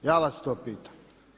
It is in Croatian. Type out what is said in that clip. Ja vas to pitam.